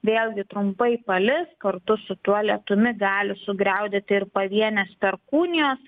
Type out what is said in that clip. vėlgi trumpai palis kartu su tuo lietumi gali sugriaudėti ir pavienės perkūnijos